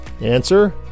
Answer